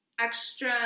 extra